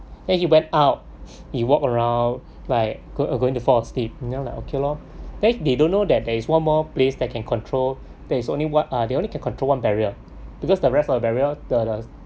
then he went out he walk around like going are going to fall asleep and I like okay lor then they don't know that there is one more place that can control that it's only what uh they only can control barrier because the rest of the barrier the the